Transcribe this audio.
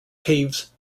caves